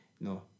no